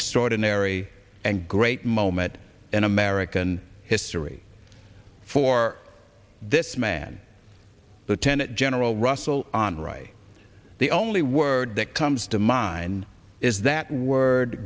extraordinary and great moment in american history for this man the tenet general russel honore right the only word that comes to mind is that word